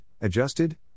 adjusted